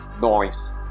noise